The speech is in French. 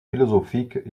philosophiques